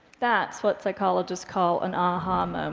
that's what psychologists call an ah aha! um um